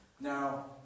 Now